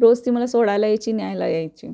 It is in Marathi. रोज ती मला सोडायला यायची न्यायला यायची